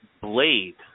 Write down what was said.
Blade